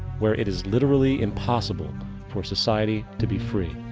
where it is literally impossible for society to be free.